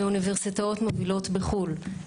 מאוניברסיטאות מובילות בחו"ל,